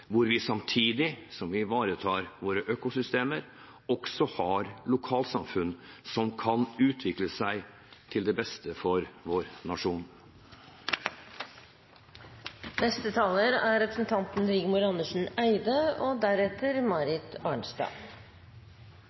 vi samtidig som vi ivaretar våre økosystemer, har lokalsamfunn som kan utvikle seg til det beste for vår nasjon. Det er